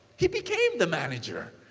he became the manager.